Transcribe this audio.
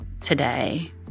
today